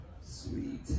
Sweet